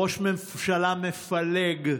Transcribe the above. ראש ממשלה מפלג,